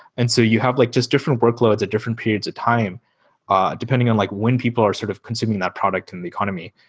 and so you have like just different workloads at different periods of time ah depending on like when people are sort of consuming that product in the economy.